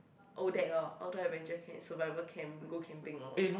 oh that orh Outdoor Adventure camp survival camp go camping lor